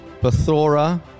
Bathora